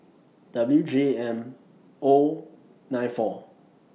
W J M O nine four